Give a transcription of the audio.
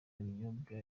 ibinyobwa